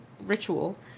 ritual